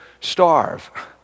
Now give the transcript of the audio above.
starve